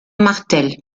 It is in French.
martel